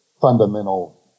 fundamental